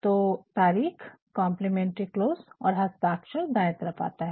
तो तारिख complimentary close शिष्टतःपूर्ण अंत और हस्ताक्षर दाए तरफ आता है